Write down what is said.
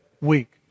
week